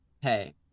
hey